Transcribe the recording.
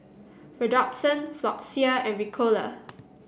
Redoxon Floxia and Ricola